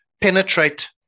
penetrate